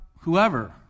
whoever